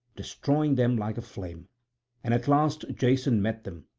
destroying them like a flame and at last jason met them,